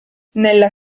nella